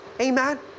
Amen